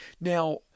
Now